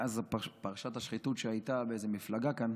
מאז פרשת השחיתות שהייתה באיזו מפלגה כאן,